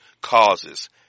causes